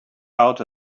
out